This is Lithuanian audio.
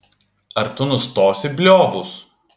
ar tu nustosi bliovus